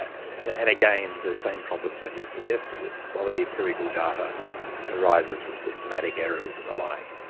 and and again, the same problems i just suggested a lot of the empirical data arises from systematic errors and the like.